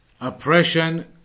oppression